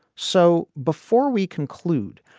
so before we conclude,